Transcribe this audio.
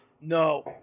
No